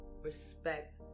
respect